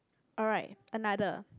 alright another